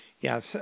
Yes